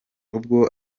ubwo